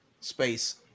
space